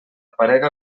aparega